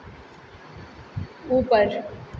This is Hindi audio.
ऊपर